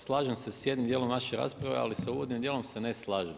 Slažem se sa jednim dijelom vaše rasprave, ali sa uvodnim dijelom se ne slažem.